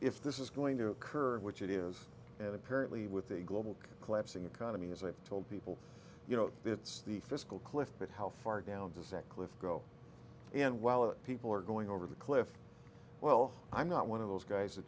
if this is going to occur which it is and apparently with the global collapsing economy as i've told people you know it's the fiscal cliff but how far down does that cliff go and while people are going over the cliff well i'm not one of those guys th